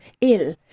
ill